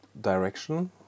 direction